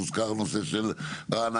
הוזכר הנושא של רעננה,